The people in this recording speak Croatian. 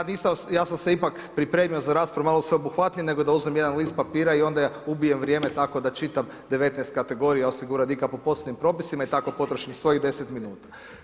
Ja nisam, ja sam se ipak pripremio za raspravu, malo sveobuhvatniji, nego da uzmem jedan list papira i onda ubijem vrijeme, tako da čitam 19 kategorija osiguranika po posebnim propisima i tako potrošim svojih 10 min.